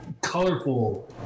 colorful